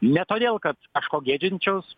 ne todėl kad kažko gėdinčiaus